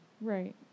Right